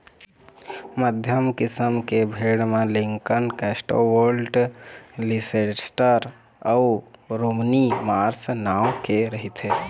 मध्यम किसम के भेड़ म लिंकन, कौस्टवोल्ड, लीसेस्टर अउ रोमनी मार्स नांव के रहिथे